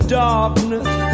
darkness